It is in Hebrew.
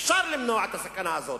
אפשר למנוע את הסכנה הזאת.